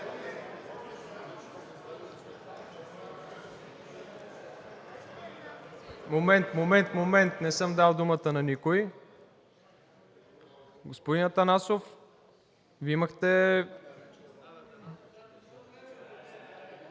Момент, момент, момент! Не съм дал думата на никого. Господин Атанасов, Вие имахте...